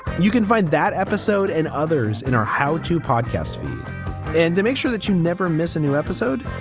you can find that episode and others in our how to podcast feed and to make sure that you never miss a new episode.